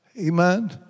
Amen